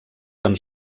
tan